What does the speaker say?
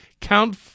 Count